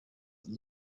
that